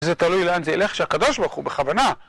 זה תלוי לאן זה ילך שהקדוש ברוך הוא, בכוונה